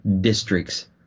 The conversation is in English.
districts